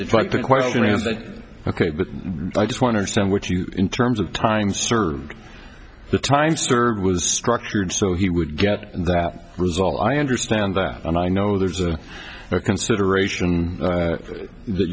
fight the question is that ok but i just wonder sandwich you in terms of time served the time served was structured so he would get that result i understand that and i know there's a consideration that